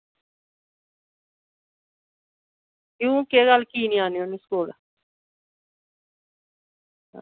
क्योंकि गल्ल की नेईं आने होन्ने तुस